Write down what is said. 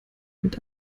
mit